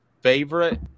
favorite